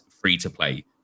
free-to-play